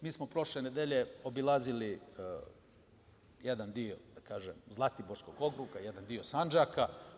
Mi smo prošle nedelje obilazili jedan deo Zlatiborskog okruga, jedan deo Sandžaka.